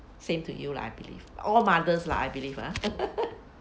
same to you lah I believe all mothers lah I believe ah